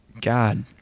God